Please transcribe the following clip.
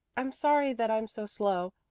i'm sorry that i'm so slow.